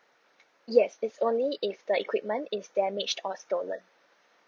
yes it's only if the equipment is damaged or stolen